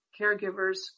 caregivers